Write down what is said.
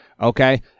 Okay